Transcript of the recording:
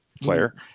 player